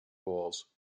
balls